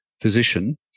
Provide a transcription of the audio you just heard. physician